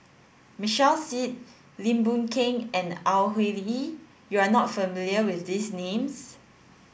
Michael Seet Lim Boon Keng and Au Hing Yee you are not familiar with these names